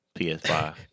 PS5